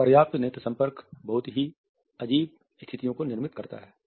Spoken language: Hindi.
अपर्याप्त नेत्र संपर्क बहुत ही अजीब स्थितियों को निर्मित करता है